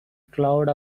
cloud